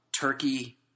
Turkey